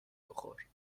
بخور